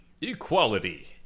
equality